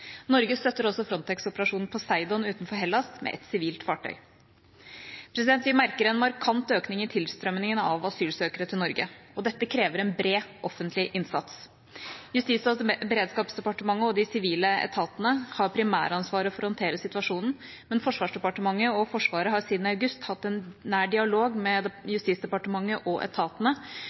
Norge støtter også Frontex-operasjonen Poseidon utenfor Hellas med et sivilt fartøy. Vi merker en markant økning i tilstrømmingen av asylsøkere til Norge. Dette krever en bred offentlig innsats. Justis- og beredskapsdepartementet og de sivile etatene har primæransvaret for å håndtere situasjonen, men Forsvarsdepartementet og Forsvaret har siden august hatt en nær dialog med Justis- og beredskapsdepartementet og etatene.